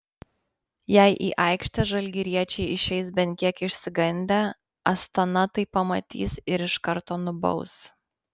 jei į aikštę žalgiriečiai išeis bent kiek išsigandę astana tai pamatys ir iš karto nubaus